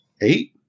eight